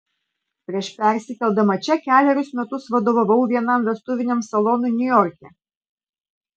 prieš persikeldama čia kelerius metus vadovavau vienam vestuviniam salonui niujorke